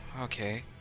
okay